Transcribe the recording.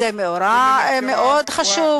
זה מאורע מאוד חשוב,